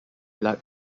blood